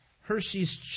Hershey's